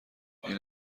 این